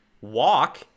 Walk